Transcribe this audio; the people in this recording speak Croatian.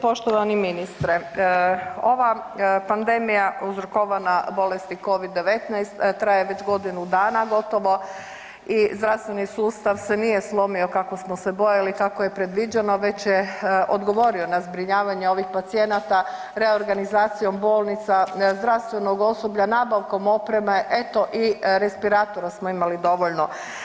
Poštovani ministre, ova pandemija uzrokovana bolesti Covid-19 traje već godinu dana gotovo i zdravstveni sustav se nije slomio kako smo se bojali, kako je predviđano, već je odgovorio na zbrinjavanje ovih pacijenata reorganizacijom bolnica, zdravstvenog osoblja, nabavkom opreme, eto i respiratora smo imali dovoljno.